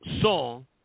song